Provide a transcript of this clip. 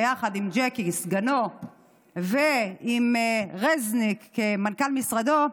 ביחד עם ג'קי סגנו ועם רזניק כמנכ"ל משרדו,